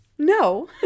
No